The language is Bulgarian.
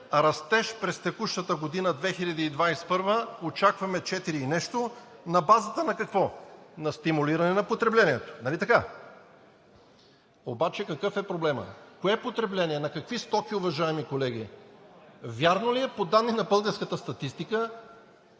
растеж през текущата – 2021 г., очакваме четири и нещо. На базата на какво? На стимулиране на потреблението, нали така? Обаче какъв е проблемът? Кое потребление, на какво стоки, уважаеми колеги? Вярно ли е, че по данни на българската статистика